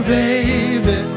baby